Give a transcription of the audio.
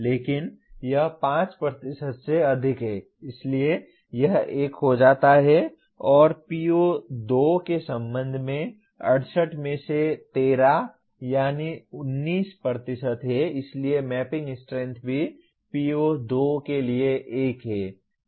लेकिन यह 5 से अधिक है इसलिए यह 1 हो जाता है और PO 2 के संबंध में 68 में से 13 यानी 19 है इसलिए मैपिंग स्ट्रेंथ भी PO 2 के लिए 1 है